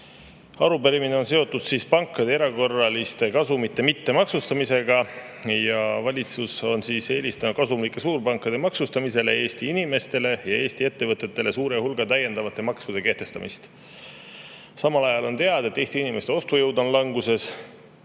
Arupärimine on seotud pankade erakorraliste kasumite mittemaksustamisega. Valitsus on eelistanud kasumlike suurpankade maksustamisele Eesti inimestele ja Eesti ettevõtetele suure hulga täiendavate maksude kehtestamist. Samal ajal on teada, et Eesti inimeste ostujõud on languses.